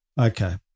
Okay